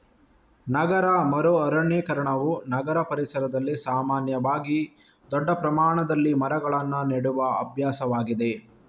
ನಗರ ಮರು ಅರಣ್ಯೀಕರಣವು ನಗರ ಪರಿಸರದಲ್ಲಿ ಸಾಮಾನ್ಯವಾಗಿ ದೊಡ್ಡ ಪ್ರಮಾಣದಲ್ಲಿ ಮರಗಳನ್ನು ನೆಡುವ ಅಭ್ಯಾಸವಾಗಿದೆ